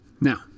Now